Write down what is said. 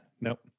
Nope